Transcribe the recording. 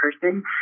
person